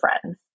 friends